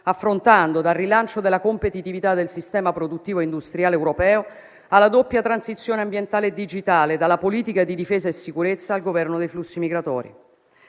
affrontando, dal rilancio della competitività del sistema produttivo e industriale europeo alla doppia transizione ambientale e digitale, dalla politica di difesa e sicurezza al governo dei flussi migratori.